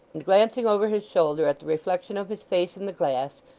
and glancing over his shoulder at the reflection of his face in the glass,